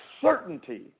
certainty